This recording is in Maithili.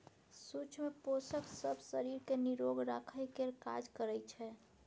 सुक्ष्म पोषक सब शरीर केँ निरोग राखय केर काज करइ छै